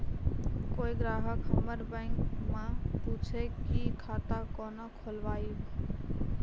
कोय ग्राहक हमर बैक मैं पुछे की खाता कोना खोलायब?